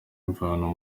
imvano